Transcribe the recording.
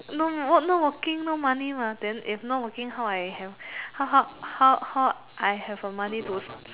no not working no money mah then if not working then how I have how how how how I have a money to